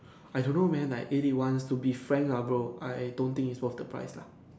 I don't know man I ate it once to be frank lah bro I I don't think it's worth the price lah